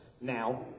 Now